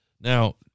Now